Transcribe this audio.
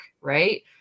Right